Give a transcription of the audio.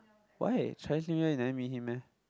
why Chinese New Year am I meet him meh